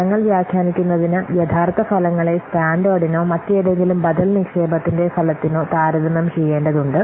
ഫലങ്ങൾ വ്യാഖ്യാനിക്കുന്നതിന് യഥാർത്ഥ ഫലങ്ങളെ സ്റ്റാൻഡേർഡിനോ മറ്റേതെങ്കിലും ബദൽ നിക്ഷേപത്തിന്റെ ഫലത്തിനോ താരതമ്യം ചെയ്യേണ്ടതുണ്ട്